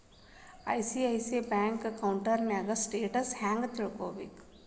ICICI ಬ್ಯಂಕಿನ ಅಕೌಂಟಿನ್ status ಹೆಂಗ್ ತಿಳ್ಕೊಬೊದು?